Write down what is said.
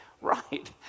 Right